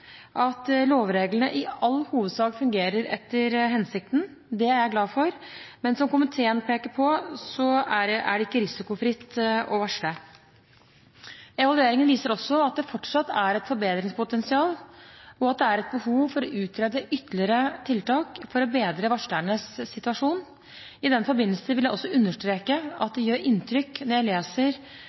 at lovreglene i all hovedsak fungerer etter hensikten. Det er jeg glad for. Men som komiteen peker på, er det ikke risikofritt å varsle. Evalueringen viser også at det fortsatt er et forbedringspotensial, og at det er behov for å utrede ytterligere tiltak for å bedre varslernes situasjon. I den forbindelse vil jeg også understreke at det gjør inntrykk når jeg leser